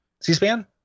c-span